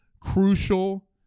crucial